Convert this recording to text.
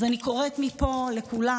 אז אני קוראת מפה לכולם: